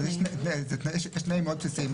אבל יש תנאים מאוד בסיסיים,